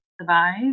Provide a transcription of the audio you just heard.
survive